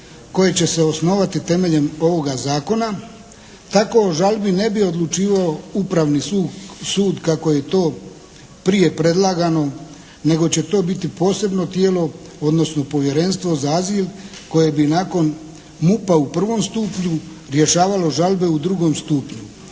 koje će osnovati temeljem ovoga Zakona. Tako o žalbi ne bi odlučivao upravni sud kako je to prije predlagano nego će to biti posebno tijelo, odnosno Povjerenstvo za azil koje bi nakon MUP-a u prvom stupnju rješavalo žalbe u drugom stupnju.